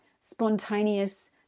spontaneous